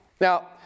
Now